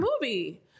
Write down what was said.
movie